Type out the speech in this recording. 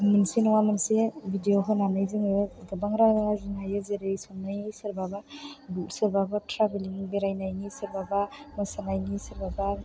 मोनसे नङा मोनसे भिदिय' होनानै जोङो गोबां रां आर्जिनो हायो जेरै संनायनि सोरबाबा सोरबाबा ट्रेभेलनि बेरायनायनि सोरबाबा मोसानायनि सोरबाबा